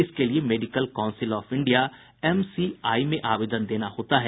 इसके लिए medical council of India MCI में आवेदन देना होता है